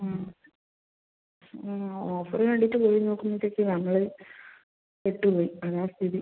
ആ ആ ഓഫറ് കണ്ടിട്ട് പോയി നോക്കുമ്പഴത്തേക്ക് ഞങ്ങൾ പെട്ട് പോയി അതാണ് സ്ഥിതി